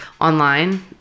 online